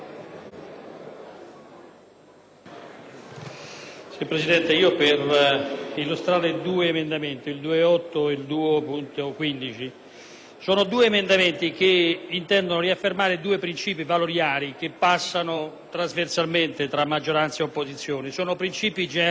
Signor Presidente, intervengo per illustrare gli emendamenti 2.8 e 2.15. Si tratta di due emendamenti che intendono riaffermare due principi valoriali che interessano trasversalmente la maggioranza e l'opposizione. Sono principi generali, accettando l'indicazione del